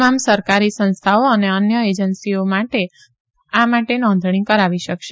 તમામ સરકારી સંસ્થાઓ અને અન્ય એજન્સીઓ આ માટે નોંધણી કરાવી શકશે